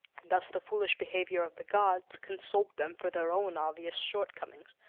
and thus the foolish behavior of the gods consoled them for their own obvious shortcomings.